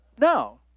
No